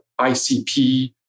ICP